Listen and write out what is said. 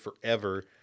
forever